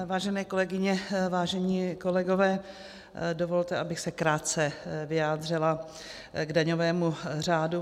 Vážené kolegyně, vážení kolegové, dovolte, abych se krátce vyjádřila k daňovému řádu.